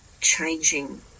changing